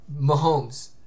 Mahomes